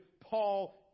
Paul